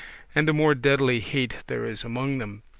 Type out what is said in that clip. and the more deadly hate there is among them.